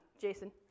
Jason